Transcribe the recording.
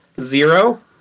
Zero